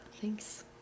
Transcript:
Thanks